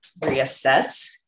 reassess